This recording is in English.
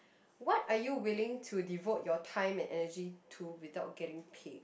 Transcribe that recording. what are you willing to devote your time and energy to without getting paid